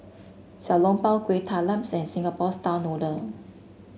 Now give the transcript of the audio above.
Xiao Long Bao Kueh Talams and Singapore style noodle